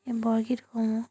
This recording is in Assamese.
এই বৰগীতসমূহ